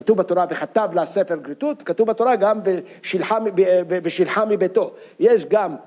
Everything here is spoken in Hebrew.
כתוב בתורה וכתב לה ספר כריתות, כתוב בתורה גם ושלחה מביתו, יש גם